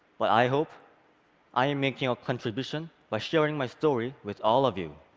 but i hope i am making a contribution by sharing my story with all of you.